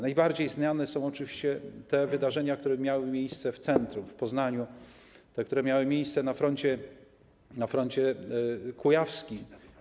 Najbardziej znane są oczywiście te wydarzenia, które miały miejsce w centrum, w Poznaniu, i te, które miały miejsce na froncie kujawskim.